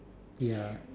ya